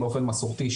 באופן מסורתי,